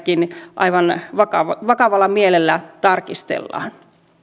aivan vakavalla vakavalla mielellä tarkistellaan